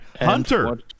Hunter